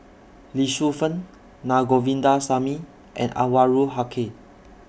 Lee Shu Fen Na Govindasamy and Anwarul Haque